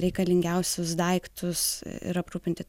reikalingiausius daiktus ir aprūpinti